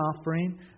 offering